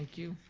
you,